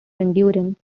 endurance